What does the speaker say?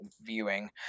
viewing